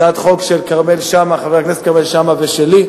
זאת הצעת חוק של חבר הכנסת כרמל שאמה ושלי.